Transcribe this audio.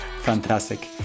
fantastic